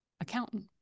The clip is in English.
accountant